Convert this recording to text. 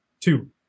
two